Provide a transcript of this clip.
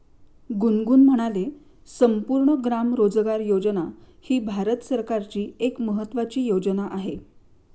गुनगुन म्हणाले, संपूर्ण ग्राम रोजगार योजना ही भारत सरकारची एक महत्त्वाची योजना आहे